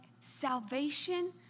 salvation